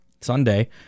Sunday